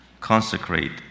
consecrate